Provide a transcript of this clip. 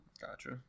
Gotcha